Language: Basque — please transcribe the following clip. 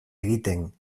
egiten